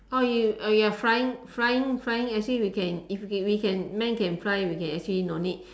orh you oh you are flying flying flying actually we can if you can we can man can fly we can actually no need